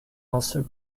also